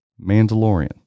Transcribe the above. Mandalorian